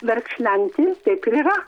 verkšlenti taip ir yra